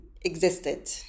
existed